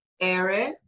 Eric